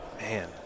man